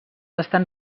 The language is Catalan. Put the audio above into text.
estan